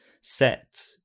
set